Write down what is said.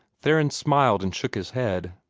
theron smiled and shook his head.